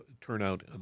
turnout